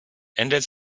ändert